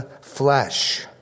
flesh